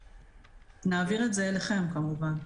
נעביר אז את זה אליכם, כמובן.